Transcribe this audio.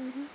mmhmm